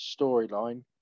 storyline